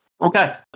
Okay